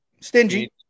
Stingy